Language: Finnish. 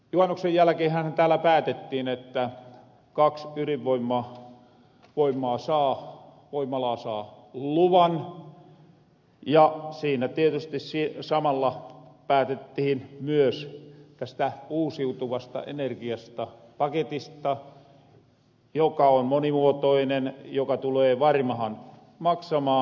juhannuksen jälkeenhän täällä päätettiin että kaks ydinvoimalaa saa luvan ja siinä tietysti samalla päätettihin myös tästä uusiutuvasta energiasta paketista joka on monimuotoinen joka tulee varmahan maksamaan